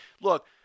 look